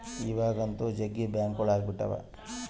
ಇವಾಗಂತೂ ಜಗ್ಗಿ ಬ್ಯಾಂಕ್ಗಳು ಅಗ್ಬಿಟಾವ